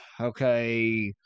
Okay